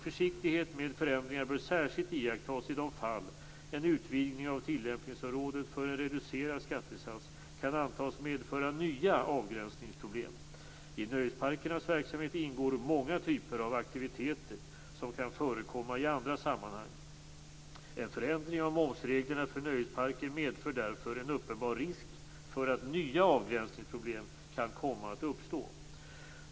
Försiktighet med förändringar bör särskilt iakttas i de fall en utvidgning av tillämpningsområdet för en reducerad skattesats kan antas medföra nya avgränsningsproblem. I nöjesparkernas verksamhet ingår många typer av aktiviteter som kan förekomma i andra sammanhang. En förändring av momsreglerna för nöjesparker medför därför en uppenbar risk för att nya avgränsningsproblem kan komma att uppstå.